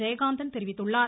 ஜெயகாந்தன் தெரிவித்துள்ளார்